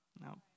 No